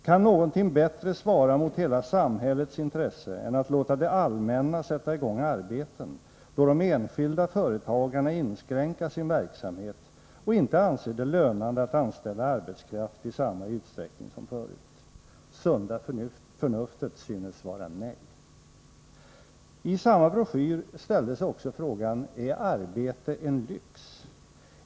Kan någonting bättre svara mot hela samhällets intresse än att låta det allmänna sätta i gång arbeten, då de enskilda företagarna inskränka sin verksamhet och inte anser det lönande att anställa arbetskraft i samma utsträckning som förut? Sunda förnuftet synes svara nej...”. I samma broschyr ställdes också frågan: Är arbete en lyx?